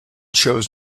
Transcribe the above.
shows